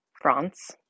France